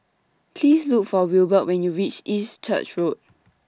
Please Look For Wilbert when YOU REACH East Church Road